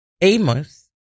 Amos